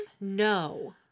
No